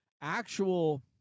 actual